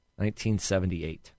1978